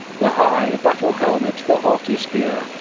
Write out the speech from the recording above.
the high battle-helmet, the haughty spear,